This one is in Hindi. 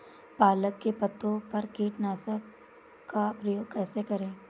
पालक के पत्तों पर कीटनाशक का प्रयोग कैसे करें?